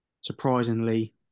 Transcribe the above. surprisingly